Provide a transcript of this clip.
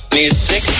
music